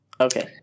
Okay